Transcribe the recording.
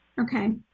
Okay